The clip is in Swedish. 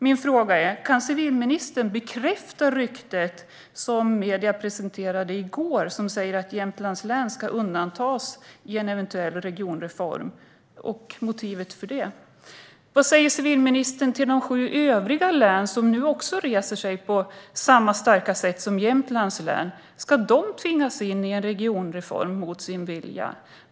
Mina frågor är: Kan civilministern bekräfta ryktet som medierna presenterade i går och som säger att Jämtlands län ska undantas i en eventuell regionreform? Vad är motivet för det? Vad säger civilministern till de sju övriga län som nu också reser sig på samma starka sätt som Jämtlands län? Ska de tvingas in i en regionreform mot sin vilja?